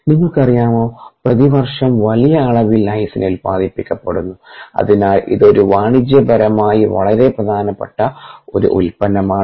നിങ്ങൾക്കറിയാമോ പ്രതിവർഷം വലിയ അളവിൽ ലൈസിൻ ഉത്പാദിപ്പിക്കപ്പെടുന്നു അതിനാൽ ഇത് ഒരു വാണിജ്യപരമായി വളരെ പ്രധാനപ്പെട്ട ഒരു ഉൽപ്പന്നമാണ്